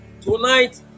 Tonight